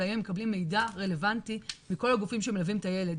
והאם הם מקבלים מידע רלוונטי מכל הגופים שמלווים את הילד.